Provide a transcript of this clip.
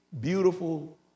beautiful